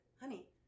honey